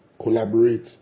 collaborate